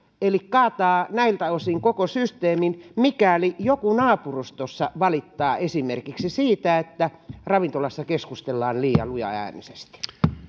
eli kaataa näiltä osin koko systeemin mikäli joku naapurustossa valittaa esimerkiksi siitä että ravintolassa keskustellaan liian lujaäänisesti